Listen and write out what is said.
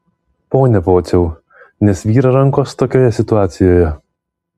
pone pociau nesvyra rankos tokioje situacijoje